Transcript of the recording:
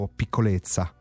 piccolezza